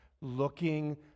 looking